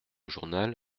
journal